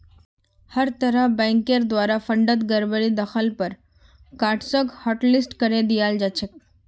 हर तरहर बैंकेर द्वारे फंडत गडबडी दख ल पर कार्डसक हाटलिस्ट करे दियाल जा छेक